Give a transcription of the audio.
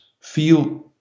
feel